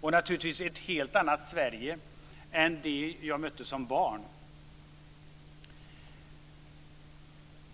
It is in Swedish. Det är naturligtvis också ett helt annat Sverige än det jag mötte när jag var barn.